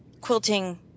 quilting